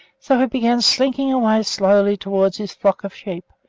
so he began slinking away slowly towards his flock of sheep,